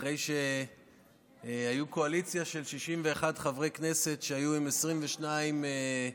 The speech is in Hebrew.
אחרי שהיו קואליציה של 61 חברי כנסת שהיו עם 22 נורבגים?